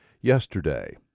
yesterday